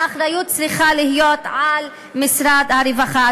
האחריות צריכה להיות על משרד הרווחה.